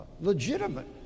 legitimate